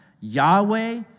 Yahweh